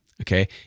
Okay